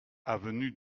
avenue